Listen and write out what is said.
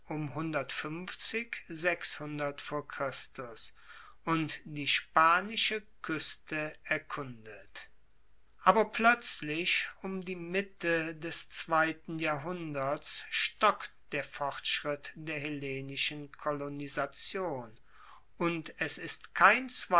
und die spanische kueste erkundet aber ploetzlich um die mitte des zweiten jahrhunderts stockt der fortschritt der hellenischen kolonisation und es ist kein